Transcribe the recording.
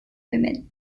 women